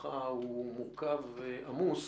יומך הוא מורכב ועמוס.